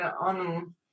on